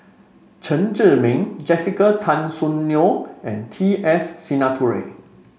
Chen Zhiming Jessica Tan Soon Neo and T S Sinnathuray